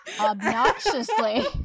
obnoxiously